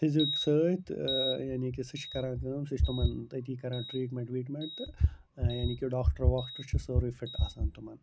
physique سۭتۍ یعنی کہِ سُہ چھِ کَران کٲم سُہ چھِ تِمن تٔتی کَران ٹرٛیٹمٮ۪نٹ ویٖٹمٮ۪نٛٹ تہٕ یعنی کہِ ڈاکٹر واکٹر چھِ سورٕے فِٹ آسان تِمن